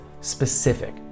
specific